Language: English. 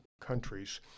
countries